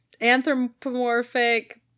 anthropomorphic